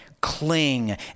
cling